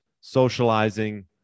socializing